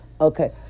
okay